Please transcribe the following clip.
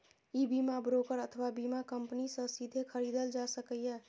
ई बीमा ब्रोकर अथवा बीमा कंपनी सं सीधे खरीदल जा सकैए